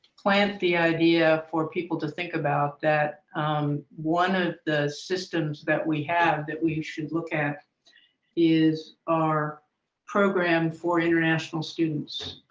plant the idea for people to think about that um one of the systems that we have that we should look at is our program for international students.